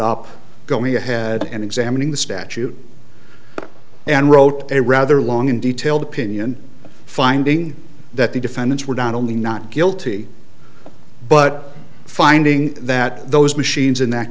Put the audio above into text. up going ahead and examining the statute and wrote a rather long and detailed opinion finding that the defendants were not only not guilty but finding that those machines in that